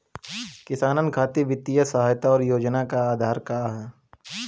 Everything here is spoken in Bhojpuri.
किसानन खातिर वित्तीय सहायता और योजना क आधार का ह?